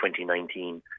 2019